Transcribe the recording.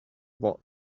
what